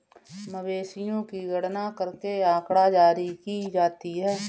मवेशियों की भी गणना करके आँकड़ा जारी की जाती है